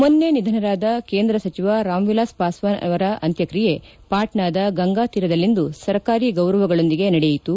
ಮೊನ್ನೆ ನಿಧನರಾದ ಕೇಂದ್ರ ಸಚಿವ ರಾಮ್ವಿಲಾಸ್ ಪಾಸ್ವಾನ್ ಅವರ ಅಂತ್ಯಕ್ತಿಯೆ ಪಾಟ್ನಾದ ಗಂಗಾತೀರದಲ್ಲಿಂದು ಸರ್ಕಾರಿ ಗೌರವಗಳೊಂದಿಗೆ ನಡೆಯಿತು